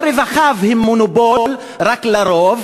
או רווחיו הם מונופול רק לרוב?